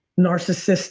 narcissistic